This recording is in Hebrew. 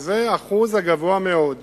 וזה האחוז הגבוה מאוד